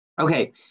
Okay